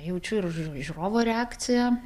jaučiu ir žiūrovo reakciją